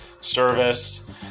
service